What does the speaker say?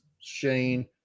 Shane